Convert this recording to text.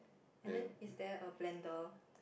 and then is there a blender